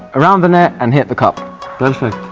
around the net and hit the cup perfect!